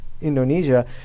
Indonesia